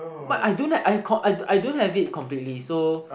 but I don't have I I don't have it completely so